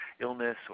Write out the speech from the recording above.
illness